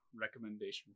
recommendation